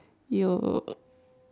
you